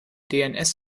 dns